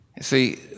See